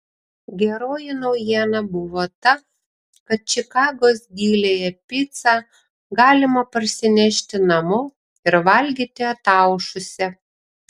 geroji naujiena buvo ta kad čikagos giliąją picą galima parsinešti namo ir valgyti ataušusią